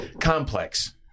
complex